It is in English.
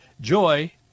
Joy